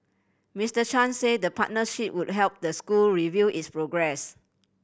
Mister Chan said the partnership would help the school review its progress